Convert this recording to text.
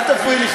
אל תפריעי לי,